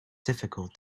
difficult